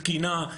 תקינה,